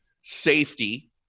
safety